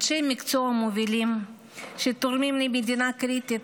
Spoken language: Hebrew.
אנשי מקצוע מובילים שתרומתם למדינה קריטית,